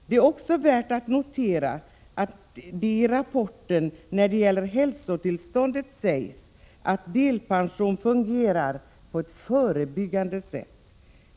Det är också värt att notera, skrev riksförsäkringsverket, att när det gäller hälsotillståndet fungerar delpension på ett förebyggande sätt.